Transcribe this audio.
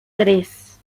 tres